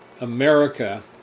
America